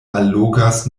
allogas